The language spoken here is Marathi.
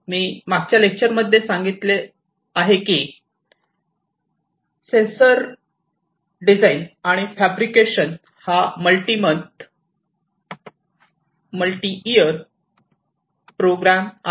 मी मागच्या लेक्चर मध्ये सांगितले की सेंसर डिझाईन आणि फॅब्रिकेशन हा multi month multi year programme आहे